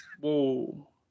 Whoa